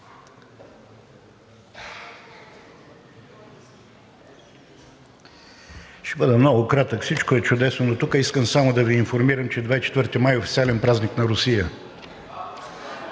Ще бъда много кратък. Всичко е чудесно, но тук искам само да Ви информирам, че 24 май е официален празник на Русия.